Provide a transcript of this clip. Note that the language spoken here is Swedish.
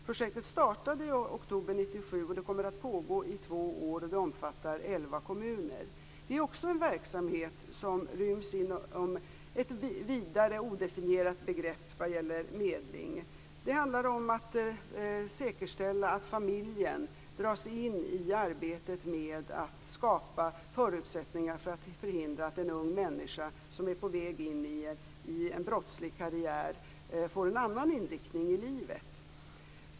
Projektet startade i oktober 1997 och kommer att pågå i två år. Det omfattar elva kommuner. Det är också en verksamhet som ryms inom ett vidare, odefinierat medlingsbegrepp. Det handlar om att säkerställa att familjen dras in i arbetet med att skapa förutsättningar för att en ung människa, som är på väg in i en brottslig karriär, får en annan inriktning i livet.